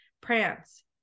prance